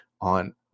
on